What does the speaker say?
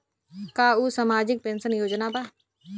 का उ सामाजिक पेंशन योजना बा?